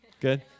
Good